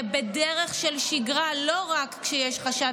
ועד שהיא